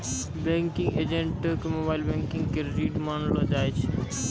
banking एजेंटो के mobile banking के रीढ़ मानलो जाय छै